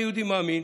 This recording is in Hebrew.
אני יהודי מאמין,